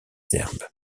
herbes